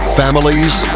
families